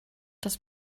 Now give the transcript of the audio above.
das